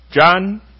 John